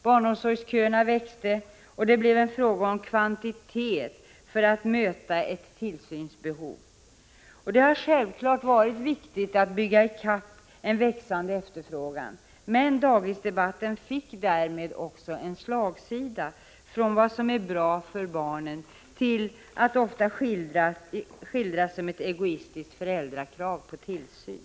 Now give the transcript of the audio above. Barnomsorgsköerna växte, och det blev fråga om kvantitet för att klara tillsynsbehovet. Det har självfallet varit viktigt att bygga i kapp en växande efterfrågan, men daghemsdebatten fick därmed också en slagsida, på så sätt att den kom att gälla inte vad som är bra för barnen utan ofta skildringar av vad som betecknades som egoistiska föräldrakrav på tillsyn.